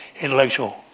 intellectual